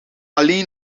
alleen